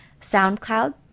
SoundCloud